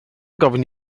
gofyn